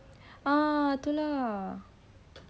ah tu lah